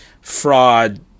fraud